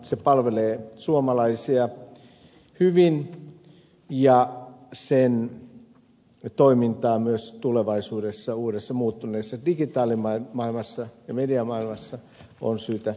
se palvelee suomalaisia hyvin ja sen toimintaa myös tulevaisuudessa uudessa muuttuneessa digitaalimaailmassa ja mediamaailmassa on syytä puolustaa